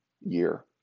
year